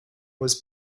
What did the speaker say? was